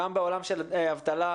גם בעולם של אבטלה.